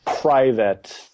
private